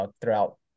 throughout